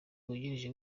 wungirije